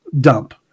dump